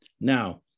now